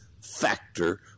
factor